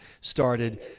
started